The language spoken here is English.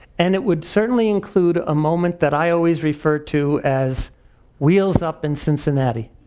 and it would certainly include a moment that i always refer to as wheels up in cincinnati,